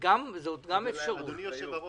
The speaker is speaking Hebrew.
זאת גם אפשרות.